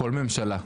כל ממשלה,